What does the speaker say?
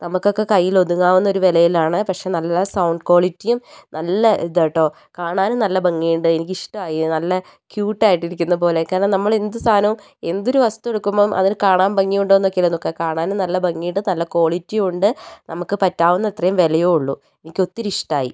നമുക്കൊക്കെ കയ്യിൽ ഒതുങ്ങാവുന്ന ഒരു വിലയിലാണ് പക്ഷെ നല്ല സൗണ്ട് ക്വാളിറ്റിയും നല്ലതാട്ടോ കാണാനും നല്ല ഭംഗിയുണ്ട് എനിക്കിഷ്ടമായി നല്ല ക്യൂട്ട് ആയിട്ടിരിക്കുന്ന പോലെയൊക്കെ നമ്മൾ എന്ത് സാധനവും എന്തൊരു വസ്തു എടുക്കുമ്പോൾ അതിന് കാണാൻ ഭംഗിയുണ്ടോ എന്നൊക്കെ അല്ലേ നോക്കുക കാണാനും നല്ല ഭംഗിയുണ്ട് നല്ല ക്വാളിറ്റി ഉണ്ട് നമുക്ക് പറ്റാവുന്ന അത്രയും വിലയെ ഉള്ളു എനിക്ക് ഒത്തിരി ഇഷ്ടമായി